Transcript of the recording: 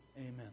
Amen